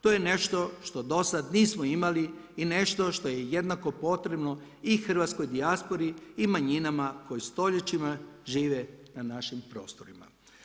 To je nešto što do sada nismo imali i nešto što je jednako potrebno i hrvatskoj dijaspori i manjinama koji stoljećima žive na našim prostorima.